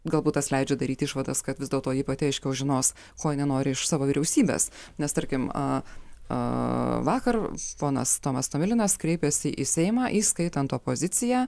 galbūt tas leidžia daryti išvadas kad vis dėlto ji pati aiškiau žinos ko nenori iš savo vyriausybės nes tarkim a a vakar ponas tomas tomilinas kreipėsi į seimą įskaitant opoziciją